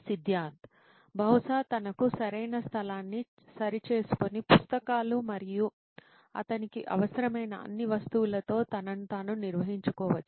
సిద్ధార్థ్ బహుశా తనకు సరైన స్థలాన్ని సరిచేసుకుని పుస్తకాలు మరియు అతనికి అవసరమైన అన్ని వస్తువులతో తనను తాను నిర్వహించుకోవచ్చు